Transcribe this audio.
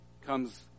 comes